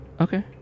Okay